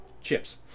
chips